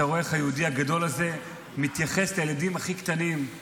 אתה רואה איך היהודי הגדול הזה מתייחס לילדים הכי קטנים,